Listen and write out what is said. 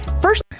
First